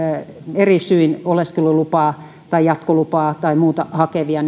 eri syin oleskelulupaa tai jatkolupaa tai muuta hakevia